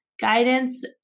guidance